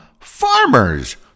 farmers